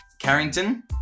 Carrington